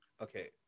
okay